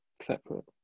separate